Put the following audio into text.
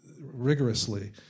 rigorously